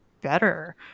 better